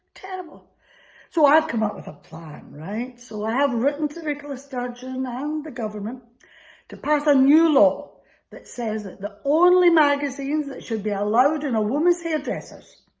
terrible so i've come up with a plan, right, so i have written to nicola sturgeon and the government to pass a new law that says that the only magazines that should be allowed in a women's hairdressers,